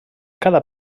cada